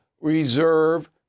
reserve